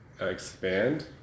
expand